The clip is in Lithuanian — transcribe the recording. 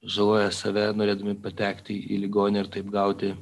žaloja save norėdami patekti į ligoninę ir taip gauti